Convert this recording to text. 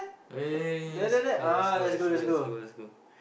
okay okay okay lets go lets go lets go lets go